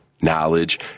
knowledge